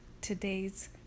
today's